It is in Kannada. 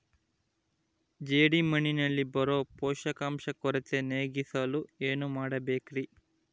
ಜೇಡಿಮಣ್ಣಿನಲ್ಲಿ ಬರೋ ಪೋಷಕಾಂಶ ಕೊರತೆ ನೇಗಿಸಲು ಏನು ಮಾಡಬೇಕರಿ?